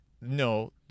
no